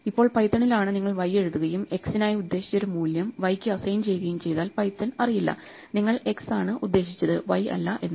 ഇപ്പോൾ പൈത്തണിലാണ് നിങ്ങൾ y എഴുതുകയും X നായി ഉദ്ദേശിച്ച ഒരു മൂല്യം y ക്കു അസൈൻ ചെയ്യുകയും ചെയ്താൽ പൈത്തൺ അറിയില്ല നിങ്ങൾ x ആണ് ഉദ്ദേശിച്ചത് y അല്ല എന്ന്